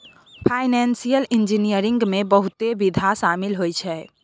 financial engineering में बहुते विधा शामिल होइ छै